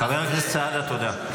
חבר הכנסת סעדה, תודה.